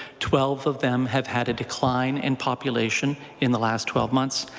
twelve of them have had a decline in population in the last twelve months.